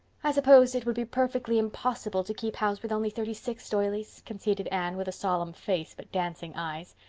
i suppose it would be perfectly impossible to keep house with only thirty-six doilies, conceded anne, with a solemn face but dancing eyes.